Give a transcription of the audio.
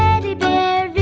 teddy bear,